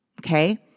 Okay